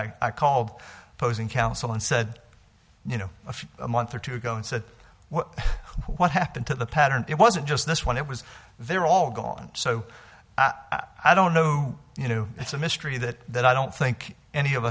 i called opposing counsel and said you know a few a month or two ago and said well what happened to the pattern it wasn't just this one it was they're all gone so i don't know you know it's a mystery that i don't think any of